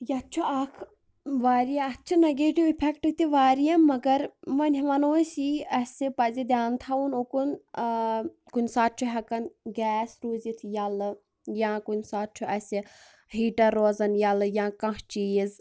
یتھ چھُ اکھ واریاہ اتھ چھِ نیٚگیٹِو اِفیٚکٹ تہِ واریاہ مگر ونۍ ونو أسۍ یی اَسہِ پَزِ دھیان تھاوُن اُکُن کُنہ ساتہ چھُ ہیٚکَن گیس روٗزِتھ یَلہٕ یا کُنہ ساتہٕ چھُ اَسہِ ہیٖٹر روزان یَلہٕ یا کانٛہہ چیٖز